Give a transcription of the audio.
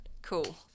Cool